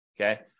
Okay